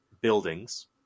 buildings